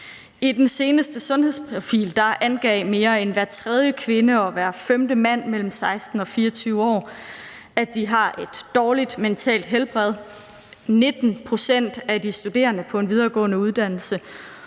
I den seneste Sundhedsprofil angav mere end hver tredje kvinde og hver femte mand mellem 16 og 24 år, at de har et dårligt mentalt helbred. 19 pct. af de studerende på en videregående uddannelse